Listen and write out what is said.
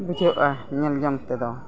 ᱵᱩᱡᱷᱟᱹᱜᱼᱟ ᱧᱮᱞ ᱡᱚᱝ ᱛᱮᱫᱚ